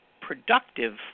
productive